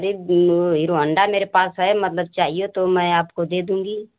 अरे hero Honda मेरे पास है मतलब चाहिए तो मैं आपको दे दूँगी